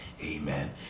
Amen